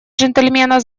джентльмена